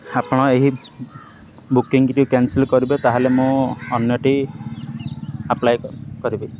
ଆପଣ ଏହି ବୁକିଂ କି ଟିକିଏ କ୍ୟାନସଲ୍ କରିବେ ତାହେଲେ ମୁଁ ଅନ୍ୟଟି ଆପ୍ଲାଏ କରିବି